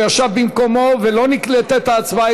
הוא ישב במקומו ולא נקלטה ההצבעה,